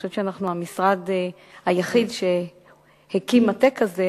אני חושבת שאנחנו המשרד היחיד שהקים מטה כזה,